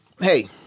hey